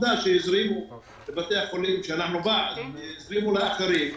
עובדה שהזרימו לבתי החולים ואנחנו בעד והזרימו גם לאחרים.